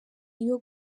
iyo